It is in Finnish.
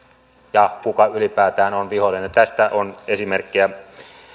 ja kuka ylipäätään on vihollinen tästä on esimerkkejä